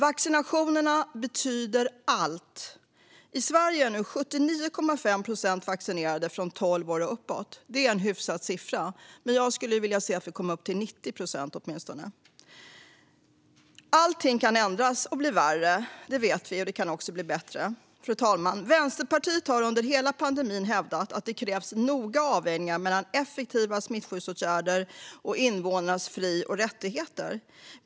Vaccinationerna betyder allt. I Sverige är nu 79,5 procent vaccinerade från tolv år och uppåt. Det är en hyfsad siffra, men jag skulle vilja se att vi kom upp till åtminstone 90 procent. Allting kan ändras och bli värre - det vet vi. Det kan också bli bättre. Vänsterpartiet har under hela pandemin hävdat att det krävs noga avvägningar mellan effektiva smittskyddsåtgärder och invånarnas fri och rättigheter.